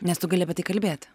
nes tu gali apie tai kalbėti